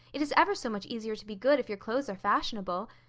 it is ever so much easier to be good if your clothes are fashionable.